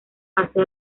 hace